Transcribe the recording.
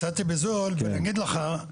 אני אגיד לך,